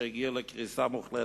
שיגיעו לקריסה מוחלטת.